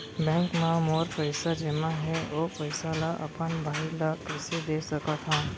Bank म मोर पइसा जेमा हे, ओ पइसा ला अपन बाई ला कइसे दे सकत हव?